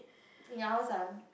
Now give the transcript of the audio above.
in your house ah